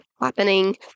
happening